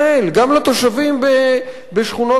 גם לתושבים בשכונות הדרום,